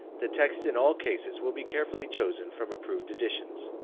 the texts in all cases will be carefully chosen from approved editions.